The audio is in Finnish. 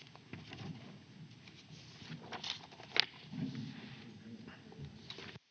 Kiitos.